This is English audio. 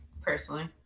personally